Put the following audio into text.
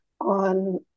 on